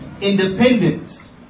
independence